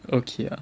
okay ah